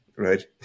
right